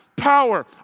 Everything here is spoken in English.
Power